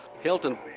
Hilton